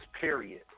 period